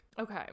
Okay